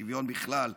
שוויון בכלל,